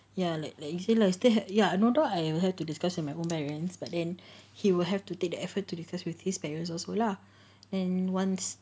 ya like like okay lah you can like still had ya know tu I will have to discuss with my own parents but then he will have to take the effort to discuss with his parents also lah and once the